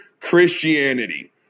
Christianity